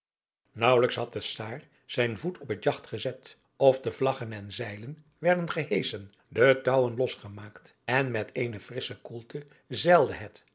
naauwelijks had de czaar zijn voet op het jagt gezet of de vlaggen en zeilen werden geheschen de touwen losgemaakt en met eene frissche koelte zeilde het